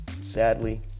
sadly